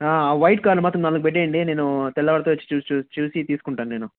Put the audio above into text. white కార్లు మాత్రం నాలుగు పెట్టేయండి నేను తెల్లవారితే వచ్చి చూసి చూసి తీసుకుంటాను నేను